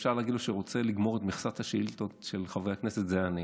שאפשר להגיד שהוא רוצה לגמור את מכסת השאילתות של חברי הכנסת זה אני.